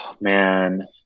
Man